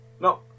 No